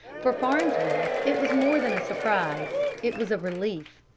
for farnsworth, it was more than a surprise it was a relief.